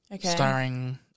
starring